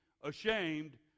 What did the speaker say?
ashamed